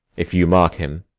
if you mark him.